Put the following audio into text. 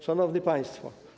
Szanowni Państwo!